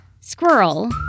Squirrel